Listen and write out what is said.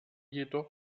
jedoch